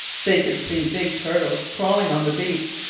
they could see big turtles crawling on the beach,